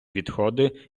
відходи